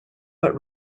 but